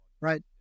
right